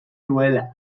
nuela